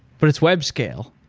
but its web scale.